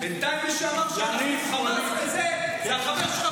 בינתיים מי שאמר שאנחנו חמאס וזה זה החבר שלך פינדרוס.